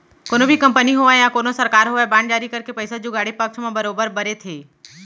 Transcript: कोनो भी कंपनी होवय या कोनो सरकार होवय बांड जारी करके पइसा जुगाड़े पक्छ म बरोबर बरे थे